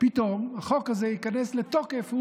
פתאום החוק הזה ייכנס לתוקף.